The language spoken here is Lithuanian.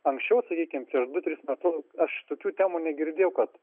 anksčiau sakykim prieš du tris metus aš tokių temų negirdėjau kad